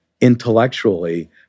intellectually